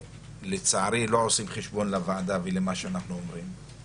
לצערי לא עושים חשבון לוועדה ולמה שאנחנו אומרים.